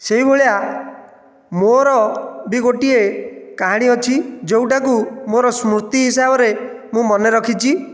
ସେହିଭଳିଆ ମୋର ବି ଗୋଟିଏ କାହାଣୀ ଅଛି ଯେଉଁଟାକୁ ମୋର ସ୍ମୃତି ହିସାବରେ ମୁଁ ମନେରଖିଛି